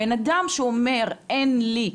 בנאדם שאומר "אין לי,